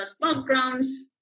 backgrounds